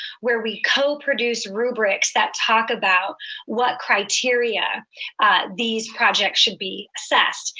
where we co-produce rubrics that talk about what criteria these projects should be assessed.